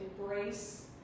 embrace